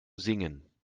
singen